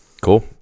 Cool